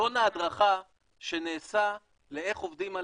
סרטון ההדרכה שנעשה לאיך עובדים על